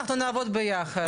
אנחנו נעבוד ביחד.